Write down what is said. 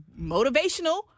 motivational